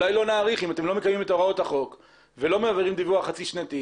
אם אתם לא מקיימים את הוראות החוק ולא מעבירים דיווח חצי שנתי,